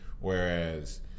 Whereas